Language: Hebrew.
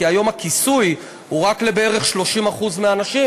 כי היום הכיסוי הוא רק לכ-30% מהאנשים.